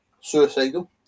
suicidal